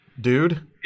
dude